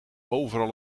overal